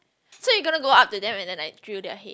so you gonna go up to them and then like drill their head